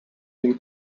been